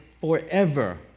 forever